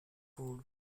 wood